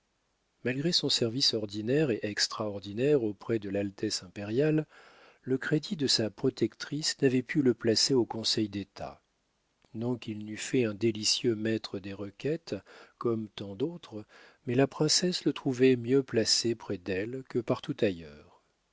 malgré son service ordinaire et extraordinaire auprès de l'altesse impériale le crédit de sa protectrice n'avait pu le placer au conseil d'état non qu'il n'eût fait un délicieux maître des requêtes comme tant d'autres mais la princesse le trouvait mieux placé près d'elle que partout ailleurs